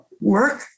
work